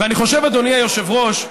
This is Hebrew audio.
אני חושב, אדוני היושב-ראש,